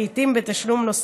לעיתים בתשלום נוסף.